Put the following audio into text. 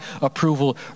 approval